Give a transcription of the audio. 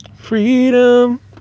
Freedom